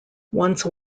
once